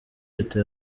leta